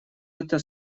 это